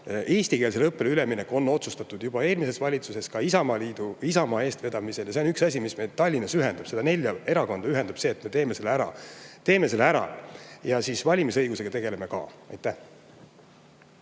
Eestikeelsele õppele üleminek on otsustatud juba eelmises valitsuses ka Isamaa eestvedamisel ja see on üks asi, mis meid Tallinnas ühendab. Neid nelja erakonda ühendab see, et me teeme selle ära. Teeme selle ära ja valimisõigusega tegeleme ka. Suur